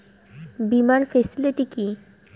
বীমার ফেসিলিটি কি?